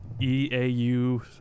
E-A-U